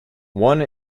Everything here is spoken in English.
one